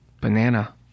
banana